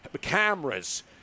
cameras